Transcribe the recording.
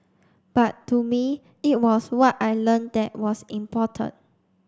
but to me it was what I learnt that was important